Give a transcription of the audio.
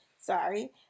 sorry